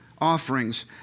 offerings